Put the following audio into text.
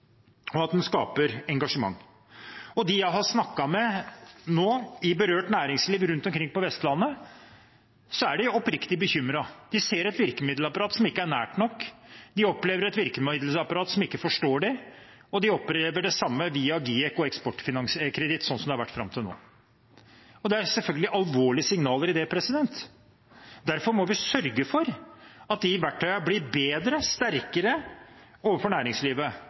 og at den skaper engasjement. De jeg har snakket med nå i berørt næringsliv rundt omkring på Vestlandet, er oppriktig bekymret. De ser et virkemiddelapparat som ikke er nært nok, de opplever et virkemiddelapparat som ikke forstår dem, og de opplever det samme via GIEK og Eksportkreditt som det har vært fram til nå. Det er selvfølgelig alvorlige signaler i dette. Derfor må vi sørge for at de verktøyene blir bedre og sterkere overfor næringslivet,